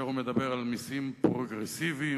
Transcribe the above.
מדבר על מסים פרוגרסיביים